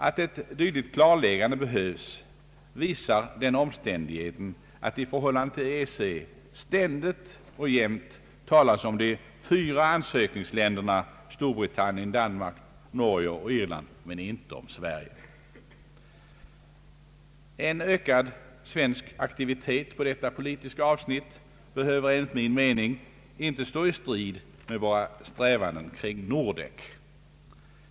Att ett dylikt klargörande behövs visar den omständigheten att det i förhållande till EEC ständigt och jämt talas om de fyra ansökningsländerna, dvs. Storbritannien, Danmark, Norge och Irland — men inte om Sverige. En ökad svensk aktivitet på detta politiska avsnitt behöver enligt min mening inte stå i strid med våra strävanden kring Nordek.